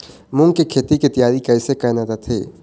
मूंग के खेती के तियारी कइसे करना रथे?